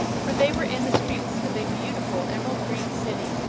for they were in the streets of a beautiful emerald-green city,